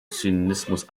zynismus